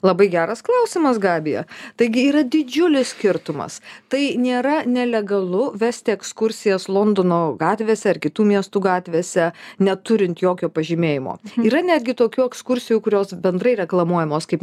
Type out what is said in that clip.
labai geras klausimas gabija taigi yra didžiulis skirtumas tai nėra nelegalu vesti ekskursijas londono gatvėse ar kitų miestų gatvėse neturint jokio pažymėjimo yra netgi tokių ekskursijų kurios bendrai reklamuojamos kaip